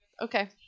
Okay